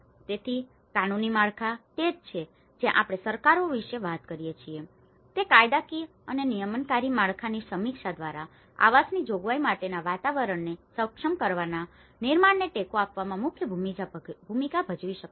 તેથી કાનૂની માળખા તે જ છે કે જ્યાં આપણે સરકારો વિશે વાત કરીએ છીએ તે કાયદાકીય અને નિયમનકારી માળખાની સમીક્ષા દ્વારા આવાસની જોગવાઈ માટેના વાતાવરણને સક્ષમ કરવાના નિર્માણને ટેકો આપવામાં મુખ્ય ભૂમિકા ભજવી શકે છે